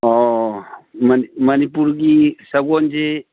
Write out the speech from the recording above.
ꯑꯣ ꯃꯅꯤꯄꯨꯔꯒꯤ ꯁꯒꯣꯜꯁꯤ